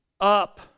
up